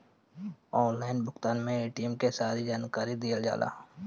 Online भुगतान में ATM के जानकारी दिहल जाला?